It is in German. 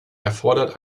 erfordert